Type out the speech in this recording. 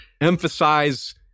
emphasize